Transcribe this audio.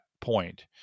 point